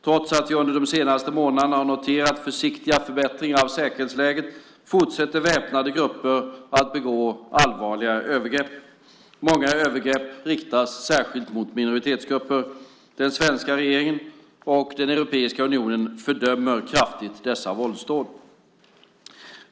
Trots att vi under de senaste månaderna har noterat försiktiga förbättringar av säkerhetsläget fortsätter väpnade grupper att begå allvarliga övergrepp. Många övergrepp riktas särskilt mot minoritetsgrupper. Den svenska regeringen och Europeiska unionen fördömer kraftigt dessa våldsdåd.